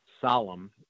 solemn